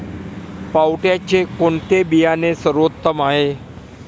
पावट्याचे कोणते बियाणे सर्वोत्तम आहे?